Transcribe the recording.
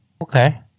okay